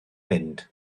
mynd